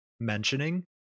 mentioning